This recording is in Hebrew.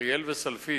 אריאל וסלפית,